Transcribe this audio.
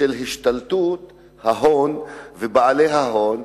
השתלטות ההון ובעלי ההון,